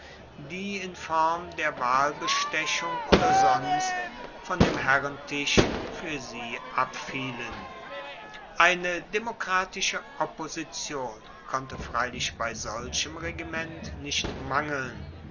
die in form der wahlbestechung oder sonst von dem herrentisch fuer sie abfielen eine demokratische opposition konnte freilich bei solchem regiment nicht mangeln